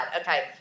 Okay